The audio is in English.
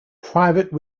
private